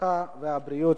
הרווחה והבריאות